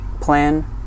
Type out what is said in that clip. plan